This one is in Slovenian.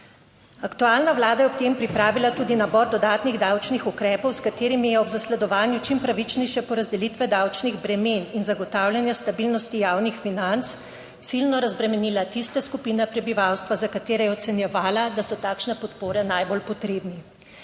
Aktualna vlada je ob tem pripravila tudi nabor dodatnih davčnih ukrepov, s katerimi je ob zasledovanju čim pravičnejše porazdelitve davčnih bremen in zagotavljanja stabilnosti javnih financ ciljno razbremenila tiste skupine prebivalstva, za katere je ocenjevala, da so takšne podpore najbolj potrebni.